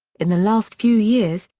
in the last few years,